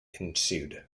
ensued